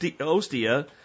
Ostia